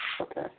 Okay